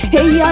Hey